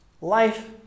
life